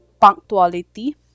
punctuality